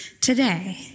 today